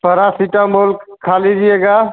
paracetamol खा लीजिएगा